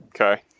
Okay